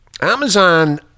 Amazon